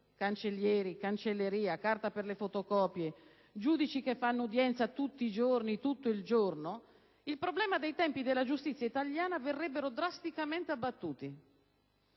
(cancellieri, cancelleria, carta per le fotocopie, giudici che fanno udienza tutti i giorni per tutto il giorno), i tempi della giustizia italiana verrebbero drasticamente abbattuti.